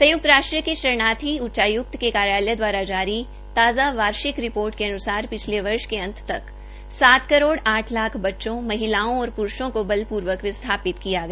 संय्क्त राष्ट्र के शरणार्थी उच्चाय्क्त के कार्यालय द्वारा जारी ताज़ा वार्षिक रिपोर्ट के अन्सार पिछले वर्ष के अंत तक सात करोड़ आठ लाख बच्चों महिलाओं और प्रूषों का बलपूर्वक विस्थापित किया गया